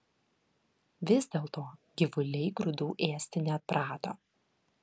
vis dėlto gyvuliai grūdų ėsti neatprato